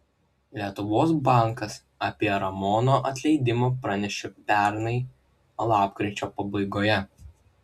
lietuvos bankas apie ramono atleidimą pranešė pernai lapkričio pabaigoje